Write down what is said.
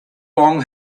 long